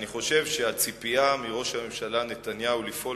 אני חושב שהציפייה מראש הממשלה נתניהו לפעול